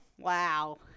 Wow